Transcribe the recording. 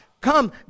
come